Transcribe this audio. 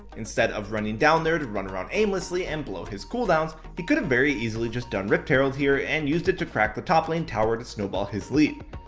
instead of running down there to run around aimlessly and blow his cooldowns, he could have very easily just done rift herald here and used it to crack the top lane tower to snowball his lead.